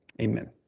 Amen